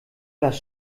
das